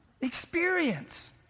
Experience